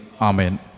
amen